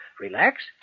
relax